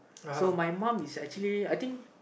so my mum is actually I think